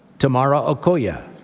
tamarra okoya,